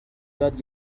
یاد